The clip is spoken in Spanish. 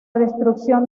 destrucción